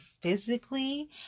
physically